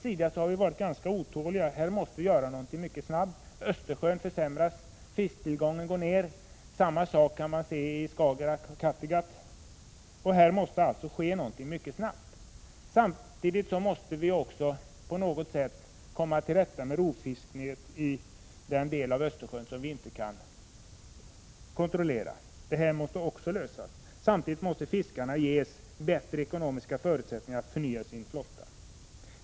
Vi har varit ganska otåliga från centerns sida. Någonting måste göras mycket snabbt. Östersjön försämras. Fisktillgången går ned. Samma sak kan iakttas i Skagerak och Kattegatt. Någonting måste alltså ske mycket snabbt. Samtidigt måste vi på något sätt komma till rätta med rovfisket i den del av Östersjön som vi inte kan kontrollera. Vidare måste fiskarna ges bättre ekonomiska förutsättningar att förnya sin flotta.